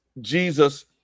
Jesus